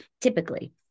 Typically